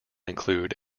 include